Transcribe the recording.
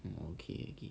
um okay okay